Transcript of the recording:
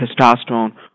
testosterone